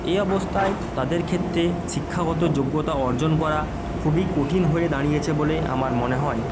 এ অবস্থায় তাদের ক্ষেত্রে শিক্ষাগত যোগ্যতা অর্জন করা খুবই কঠিন হয়ে দাঁড়িয়েছে বলে আমার মনে হয়